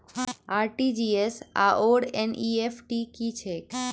RTGS आओर NEFT की छैक?